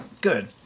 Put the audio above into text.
good